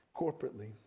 corporately